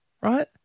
right